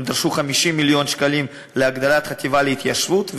הם דרשו 50 מיליון שקלים להגדלת החטיבה להתיישבות,